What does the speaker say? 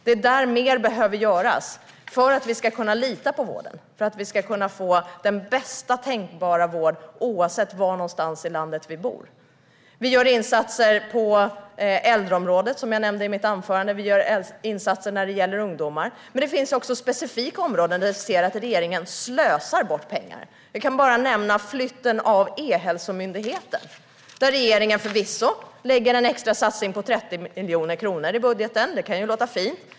Det är där mer behöver göras för att vi ska kunna lita på vården och få den bästa tänkbara vård, oavsett var i landet vi bor. Som jag nämnde i mitt anförande gör vi insatser på äldreområdet och även när det gäller ungdomar. Men det finns också specifika områden där vi ser att regeringen slösar bort pengar. Jag kan bara nämna flytten av E-hälsomyndigheten där regeringen förvisso har en extra satsning på 30 miljoner kronor i budgeten, vilket kan låta fint.